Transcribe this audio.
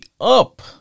up